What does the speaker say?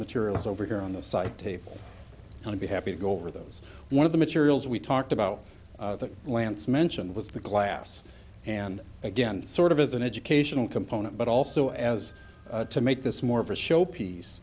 materials over here on the site table and to be happy to go over those one of the materials we talked about that lance mentioned was the glass and again sort of as an educational component but also as to make this more of a showpiece